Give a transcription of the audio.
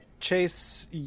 Chase